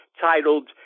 titled